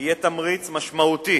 יהיה תמריץ משמעותי